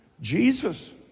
Jesus